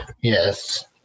Yes